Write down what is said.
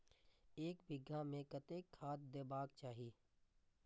एक बिघा में कतेक खाघ देबाक चाही?